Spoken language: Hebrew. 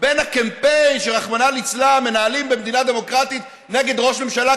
בין הקמפיין שרחמנא ליצלן מנהלים במדינה דמוקרטית נגד ראש ממשלה,